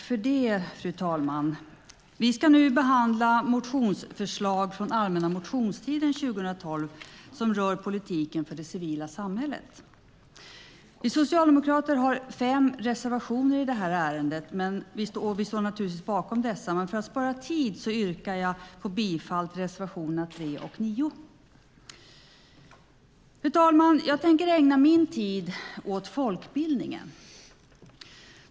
Fru talman! Vi ska nu behandla motionsförslag från allmänna motionstiden 2012 som rör politiken för det civila samhället. Vi socialdemokrater har fem reservationer i det här ärendet, och vi står naturligtvis bakom dessa. Men för tids vinnande yrkar jag bifall till reservationerna 3 och 9. Fru talman! Jag tänker ägna min tid åt folkbildningen.